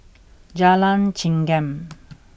Jalan Chengam